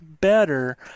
better